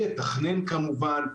יתכנן כמובן,